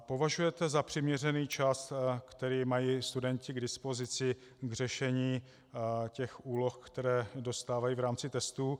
Považujete za přiměřený čas, který mají studenti k dispozici k řešení těch úloh, které dostávají v rámci testů?